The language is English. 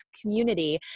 community